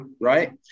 right